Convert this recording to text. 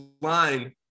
line